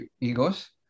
egos